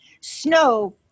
snow